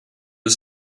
was